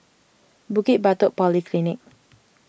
Bukit Batok Polyclinic